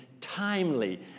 timely